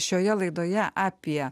šioje laidoje apie